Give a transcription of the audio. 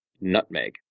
nutmeg